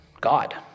God